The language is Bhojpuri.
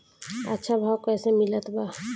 अच्छा भाव कैसे मिलत बा?